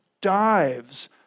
dives